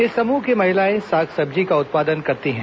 इस समूह की महिलाएं साग सब्जी का उत्पादन करती हैं